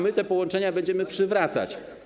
My te połączenia będziemy przywracać.